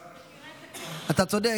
אתה צודק,